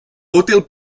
útil